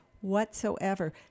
whatsoever